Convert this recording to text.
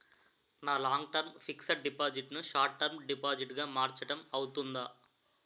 నా long term fixed deposit ను short term deposit గా మార్చటం అవ్తుందా?